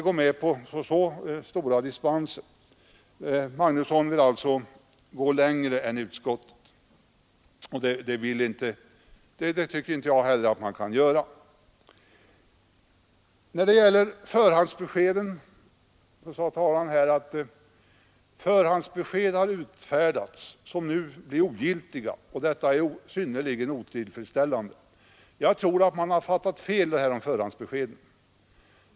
Herr Magnusson vill alltså gå längre i fråga om dispenser än vad utskottet vill göra. Det har sagts här att förhandsbesked har utfärdats som nu blir ogiltiga, vilket man anser vara synnerligen otillfredsställande. Jag tror att man har fattat fel om förhandsbeskeden.